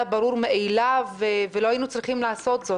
ברור מאליו ולא היינו צריכים לעשות זאת,